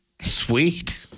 sweet